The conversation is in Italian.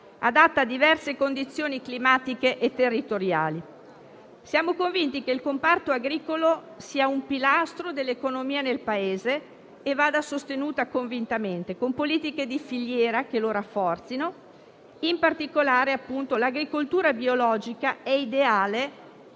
adatta a diverse condizioni climatiche e territoriali. Siamo convinti che il comparto agricolo sia un pilastro dell'economia del Paese e che vada sostenuto convintamente, con politiche di filiera che lo rafforzino. In particolare, proprio l'agricoltura biologica è un